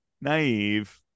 naive